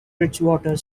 bridgewater